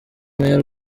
meya